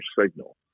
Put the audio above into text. signal